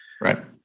Right